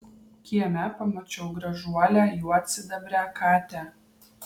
kieme pamačiau gražuolę juodsidabrę katę